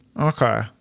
Okay